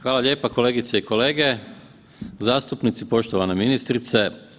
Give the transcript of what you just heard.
Hvala lijepo kolegice i kolege, zastupnici, poštovana ministrice.